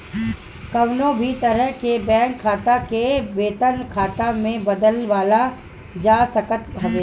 कवनो भी तरह के बैंक खाता के वेतन खाता में बदलवावल जा सकत हवे